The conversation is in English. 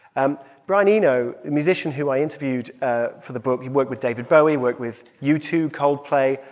and brian eno, a musician who i interviewed ah for the book he worked with david bowie, worked with u two, coldplay,